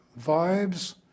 vibes